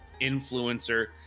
influencer